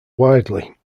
widely